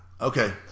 Okay